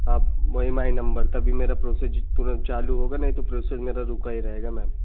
आप वही my number तभी मेरा प्रोसेज़् तुरंत चालू होगा नहीं तो प्रोसेस मेरा रुका ही रहेगा मैम